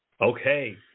Okay